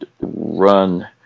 run